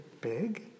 big